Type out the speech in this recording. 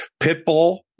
Pitbull